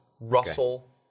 Russell